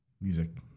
music